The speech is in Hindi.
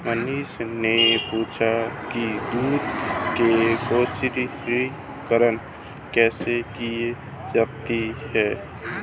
मनीष ने पूछा कि दूध के प्रसंस्करण कैसे की जाती है?